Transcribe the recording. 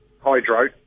Hydro